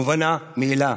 מובנת מאליה.